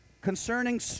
concerning